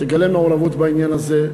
תגלה מעורבות בעניין הזה,